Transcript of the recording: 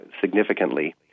significantly